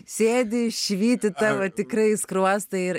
sėdi švyti tavo tikrai skruostai ir